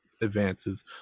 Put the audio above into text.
advances